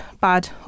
bad